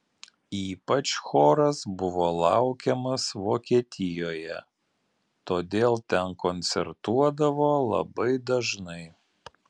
ypač choras buvo laukiamas vokietijoje todėl ten koncertuodavo labai dažnai